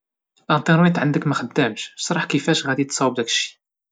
الانترنت عندك مخداكش، شرح كيفاش غادي تصاوب داكشي.